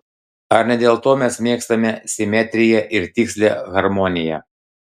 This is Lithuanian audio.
ar ne dėl to mes mėgstame simetriją ir tikslią harmoniją